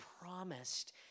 promised